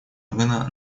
органа